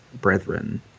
brethren